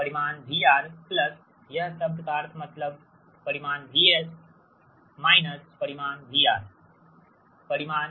परिमाण VR plus यह शब्द का अर्थ मतलब परिमाण VS माइनस परिमाण VR परिमाण